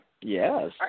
yes